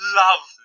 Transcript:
love